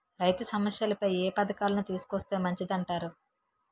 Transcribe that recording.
రైతు సమస్యలపై ఏ పథకాలను తీసుకొస్తే మంచిదంటారు?